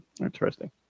Interesting